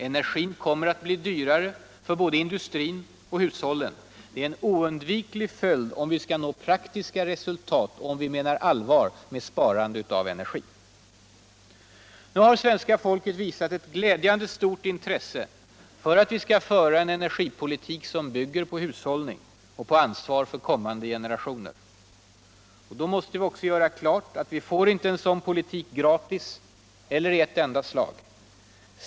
Energin kommer att bli dyrare, för både industrin och hushållen. Det är en oundviklig följd. om vi skall nå praktiska resultat och om vi menar allvar med talet om energisparande. Svenska folket har visat ett glidjande stort intresse för att vi skall föra en energipolitik, som bygger på hushållning och ansvar för kommande generationer. Vi måste då också göra klart att vi inte får en sådan energipolitik gratis och i ett enda slag.